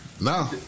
No